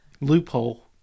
Loophole